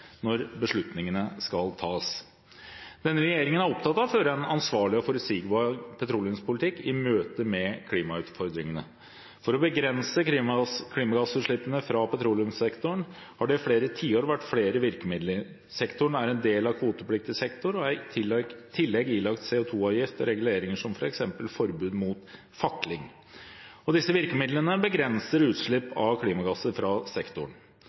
når beslutningene skal tas. Denne regjeringen er opptatt av å føre en ansvarlig og forutsigbar petroleumspolitikk i møte med klimautfordringene. For å begrense klimagassutslippene fra petroleumssektoren har det i flere tiår vært flere virkemidler. Sektoren er en del av kvotepliktig sektor og er i tillegg ilagt CO2-avgift og reguleringer som f.eks. forbud mot fakling. Disse virkemidlene begrenser utslipp av klimagasser fra sektoren.